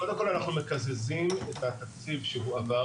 קודם כל אנחנו מקזזים את התקציב שהועבר,